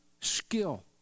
Skill